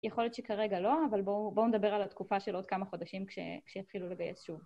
יכול להיות שכרגע לא, אבל בואו נדבר על התקופה של עוד כמה חודשים כשיתחילו לגייס שוב.